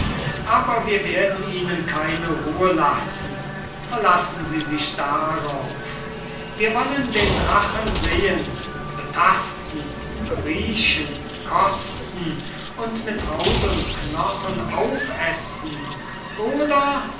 aber wir werden ihnen keine ruhe lassen verlassen sie sich darauf wir wollen den drachen sehen betasten beriechen kosten und mit haut und knochen aufessen oder